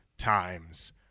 Times